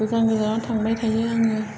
गोजोन गोजानाव थांबाय थायो आङो